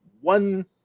one